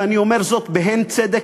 ואני אומר זאת בהן צדק,